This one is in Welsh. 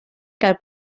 gael